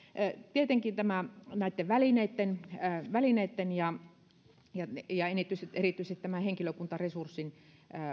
tietenkin näitten välineitten välineitten ja ja erityisesti tämä henkilökuntaresurssin